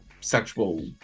sexual